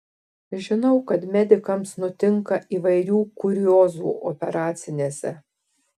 žinau kad medikams nutinka įvairių kuriozų operacinėse